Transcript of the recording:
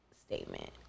statement